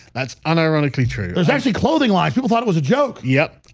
that's an ironically true there's actually clothing life people thought it was a joke. yep.